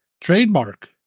trademark